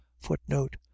footnote